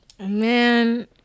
Man